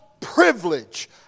privilege